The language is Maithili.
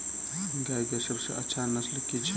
गाय केँ सबसँ अच्छा नस्ल केँ छैय?